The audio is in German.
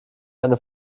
eine